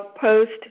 post